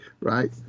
right